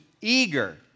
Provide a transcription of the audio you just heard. eager